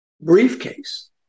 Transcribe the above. briefcase